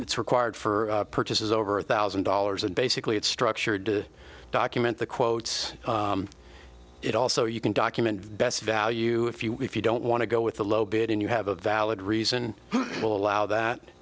it's required for purchases over a thousand dollars and basically it's structured to document the quotes it also you can document best value if you if you don't want to go with the low bid and you have a valid reason will allow that